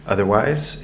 Otherwise